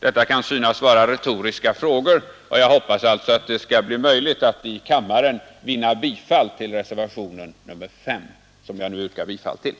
Detta kan synas vara retoriska frågor, men jag hoppas att det skall bli möjligt att i kammaren vinna gehör för bifall till reservationen 5, som jag nu yrkar bifall till.